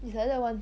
is like that [one]